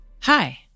Hi